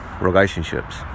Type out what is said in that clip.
Relationships